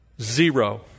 zero